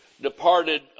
departed